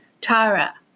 Tara